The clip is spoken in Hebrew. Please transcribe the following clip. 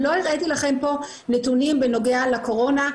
לא הראיתי לכם פה נתונים בנוגע לקורונה.